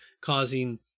causing